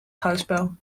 schouwspel